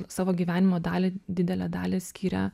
savo gyvenimo dalį didelę dalį skyrė